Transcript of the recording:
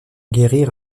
guérir